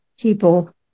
people